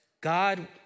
God